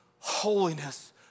holiness